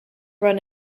run